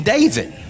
David